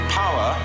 power